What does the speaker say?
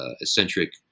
eccentric